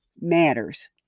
matters